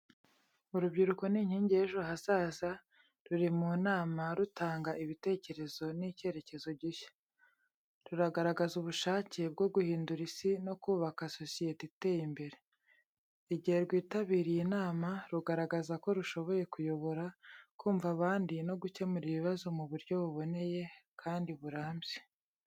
Urubyiruko ni inkingi y’ejo hazaza, ruri mu nama rutanga ibitekerezo n’icyerekezo gishya. Ruragaragaza ubushake bwo guhindura isi no kubaka sosiyete iteye imbere. Igihe rwitabiriye inama, rugaragaza ko rushoboye kuyobora, kumva abandi no gukemura ibibazo mu buryo buboneye kandi burambye.